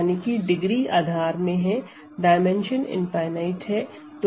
यानी की डिग्री आधार में है डायमेंशन इनफाइनाईट है